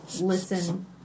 listen